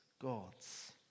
God's